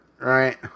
right